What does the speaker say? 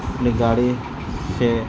اپنی گاڑی سے